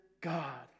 God